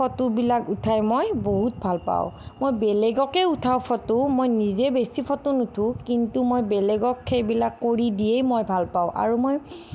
ফটোবিলাক উঠাই মই বহুত ভাল পাওঁ মই বেলেগকে উঠাওঁ ফটো মই নিজে বেছি ফটো নোঠোঁ কিন্তু মই বেলেগক সেইবিলাক কৰি দিয়ে মই ভাল পাওঁ আৰু মই